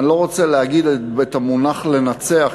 אני לא רוצה להגיד את המונח לנצח,